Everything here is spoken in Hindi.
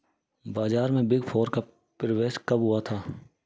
बाजार में बिग फोर का प्रवेश कब हुआ था?